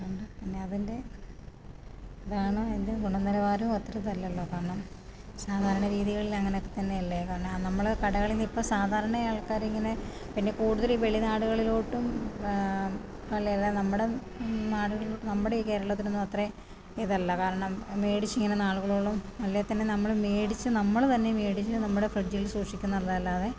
അത്കൊണ്ട് പിന്നെ അതിൻ്റെ ഇതാണ് അതിൻ്റെ ഗുണനിലവാരവും അത്ര ഇതല്ല അല്ലോ കാരണം സാധാരണ രീതികളിൽ അങ്ങനെയൊക്കെ തന്നെ അല്ലെ കാരണം നമ്മൾ കടകളിൽ ഇപ്പം സാധാരണ ആൾക്കാർ ഇങ്ങനെ പിന്നെ കൂടുതൽ ഈ വെളി നാടുകളിലോട്ടും നമ്മുടെ നാടുകളിൽ നമ്മുടെ കേരളത്തിനൊന്നും അത്രയും ഇതല്ല കാരണം മേടിച്ച് ഇങ്ങനെ നാളുകളോളം അല്ല പിന്നെ മേടിച്ച് നമ്മൾ തന്നെ മേടിച്ച് നമ്മുടെ ഫ്രിഡ്ജിൽ വച്ച് സൂക്ഷിക്കുന്നത് അല്ലാതെ